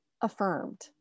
affirmed